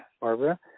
Barbara